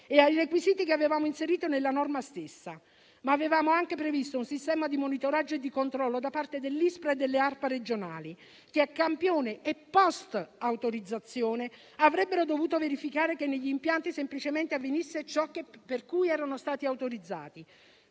e ai requisiti che avevamo inserito nella norma stessa. Ma avevamo anche previsto un sistema di monitoraggio e di controllo da parte dell'ISPRA e delle ARPA regionali che, a campione e *post* autorizzazione, avrebbero dovuto verificare che negli impianti semplicemente avvenisse ciò per cui erano stati autorizzati,